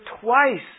twice